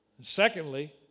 Secondly